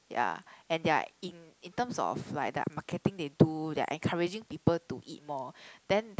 ya and their in in terms of like the marketing they do they're encouraging people to eat more then that